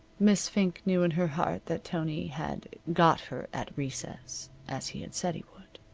miss fink knew in her heart that tony had got her at recess, as he had said he would.